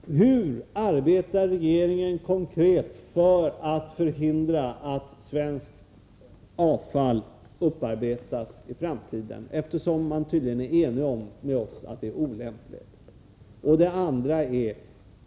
Hur arbetar regeringen konkret för att förhindra att svenskt avfall upparbetas i framtiden? Man är tydligen enig med oss om att det är olämpligt. 2.